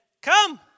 come